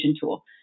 tool